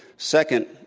second,